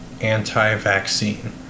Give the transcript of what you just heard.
anti-vaccine